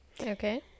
Okay